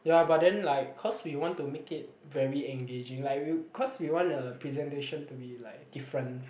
ya but then like cause we want to make it very engaging like we cause we want the presentation to be like different